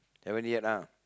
haven't yet lah